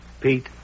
Pete